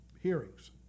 hearings